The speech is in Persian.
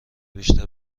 بیشتر